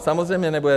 Samozřejmě nebude.